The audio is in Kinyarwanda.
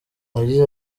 yagize